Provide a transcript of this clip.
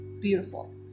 beautiful